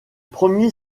premier